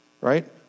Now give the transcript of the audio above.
right